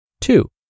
Two